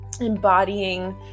embodying